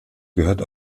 gehört